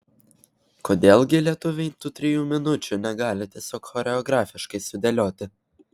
kodėl gi lietuviai tų trijų minučių negali tiesiog choreografiškai sudėlioti